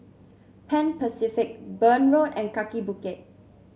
Pan Pacific Burn Road and Kaki Bukit